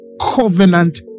covenant